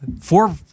Four